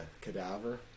cadaver